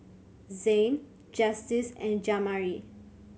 Zain Justice and Jamari